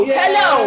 hello